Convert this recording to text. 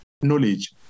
knowledge